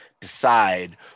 decide